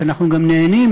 שאנחנו גם נהנים,